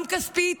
גם כספית